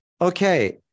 Okay